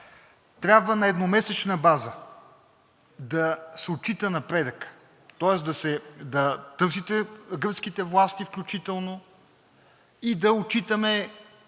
трябва на едномесечна база да се отчита напредъкът, тоест да търсите гръцките власти включително, и да отчитаме